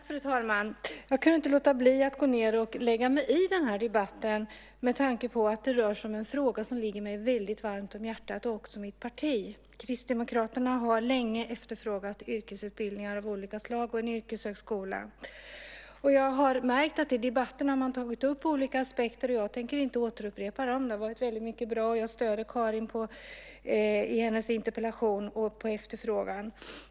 Fru talman! Jag kan inte låta bli att lägga mig i den här debatten med tanke på att det rör sig om en fråga som ligger mig och mitt parti väldigt varmt om hjärtat. Kristdemokraterna har länge efterfrågat yrkesutbildningar av olika slag och en yrkeshögskola. Jag har hört att man i debatten tagit upp olika aspekter, och jag tänker därför inte upprepa dem. Det har sagts väldigt mycket bra. Jag stöder Karins interpellation och efterfråga.